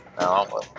No